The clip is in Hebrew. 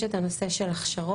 יש את הנושא של הכשרות,